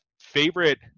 favorite